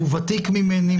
הוא ותיק ממני.